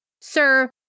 sir